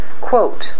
Quote